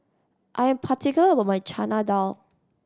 I'm particular about my Chana Dal